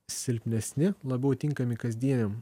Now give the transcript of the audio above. silpnesni labiau tinkami kasdieniam